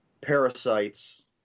parasites